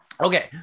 okay